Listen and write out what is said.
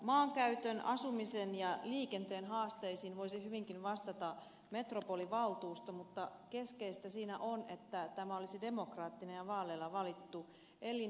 maankäytön asumisen ja liikenteen haasteisiin voisi hyvinkin vastata metropolivaltuusto mutta keskeistä siinä on että tämä olisi demokraattinen ja vaaleilla valittu elin